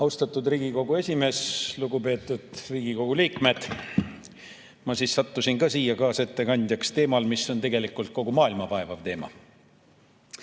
Austatud Riigikogu esimees! Lugupeetud Riigikogu liikmed! Ma sattusin siia kaasettekandjaks teemal, mis on tegelikult kogu maailma vaevav teema.